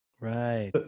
Right